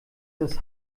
das